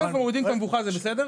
אם אנחנו מורידים את המבוכה זה בסדר?